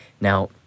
Now